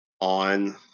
on